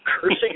cursing